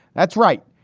that's right.